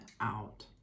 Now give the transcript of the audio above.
out